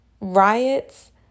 Riots